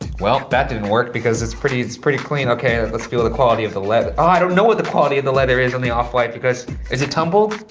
well, that didn't work because it's pretty it's pretty clean. okay, let's feel the quality of the leather. oh i don't know what the quality of the leather is on the off-white because is it tumbled?